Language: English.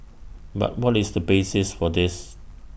but what is the basis for this